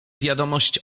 wiadomość